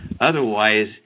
Otherwise